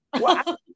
Wow